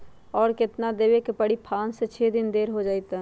और केतना देब के परी पाँच से छे दिन देर हो जाई त?